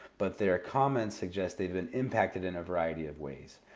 but their comments suggest they've been impacted in a variety of ways.